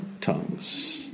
tongues